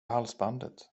halsbandet